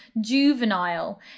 juvenile